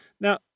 Now